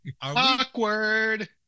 Awkward